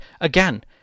again